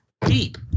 Deep